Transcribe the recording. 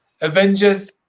Avengers